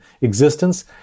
existence